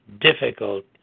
difficult